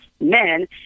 men